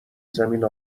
زمین